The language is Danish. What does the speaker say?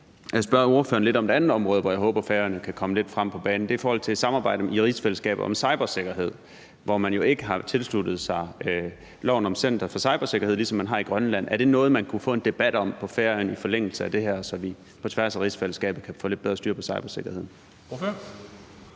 gerne spørge ordføreren lidt om et andet område, hvor jeg håber, at Færøerne kan komme lidt frem på banen. Det er i forhold til et samarbejde i rigsfællesskabet om cybersikkerhed, hvor man jo ikke har tilsluttet sig loven om Center for Cybersikkerhed, ligesom man har i Grønland. Er det noget, man kunne få en debat om på Færøerne i forlængelse af det her, så vi på tværs af rigsfællesskabet kan få lidt bedre styr på cybersikkerheden? Kl.